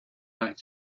like